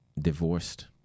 divorced